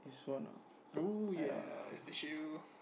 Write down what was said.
oh yes tissue